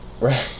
Right